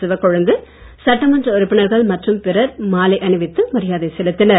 சிவக்கொழுந்து சட்டமன்ற உறுப்பினர்கள் மற்றும் பிறர் மாலை அணிவித்து மரியாதை செலுத்தினர்